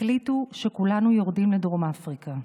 החליטו שכולנו יורדים לדרום אפריקה.